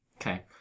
Okay